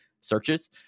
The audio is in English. searches